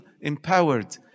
empowered